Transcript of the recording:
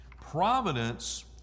providence